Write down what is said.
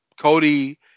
Cody